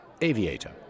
Aviator